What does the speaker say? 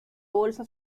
bolsa